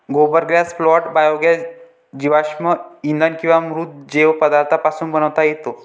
गोबर gas plant biogas जीवाश्म इंधन किंवा मृत जैव पदार्थांपासून बनवता येतो